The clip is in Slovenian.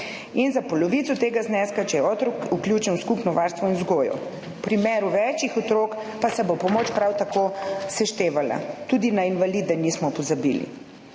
in za polovico tega zneska, če je otrok vključen v skupno varstvo in vzgojo. V primeru več otrok pa se bo pomoč prav tako seštevala. Tudi na invalide nismo pozabili.